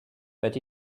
but